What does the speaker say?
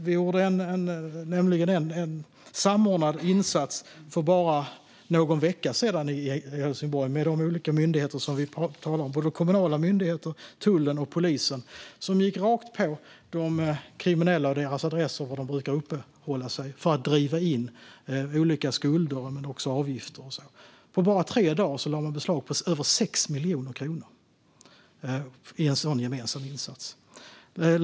Det gjordes nämligen en samordnad insats för bara någon vecka sedan i Helsingborg med de olika myndigheter som vi talar om - kommunala myndigheter, tullen och polisen - då man gick rakt på de kriminella på de adresser där de brukar uppehålla sig för att driva in olika skulder och avgifter. På bara tre dagar lade man beslag på över 6 miljoner kronor i en sådan gemensam insats.